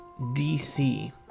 DC